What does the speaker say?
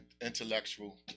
intellectual